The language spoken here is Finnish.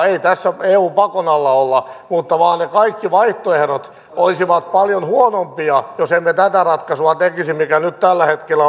ei tässä eun pakon alla olla mutta ne kaikki vaihtoehdot vain olisivat paljon huonompia jos emme tekisi tätä ratkaisua mikä nyt tällä hetkellä on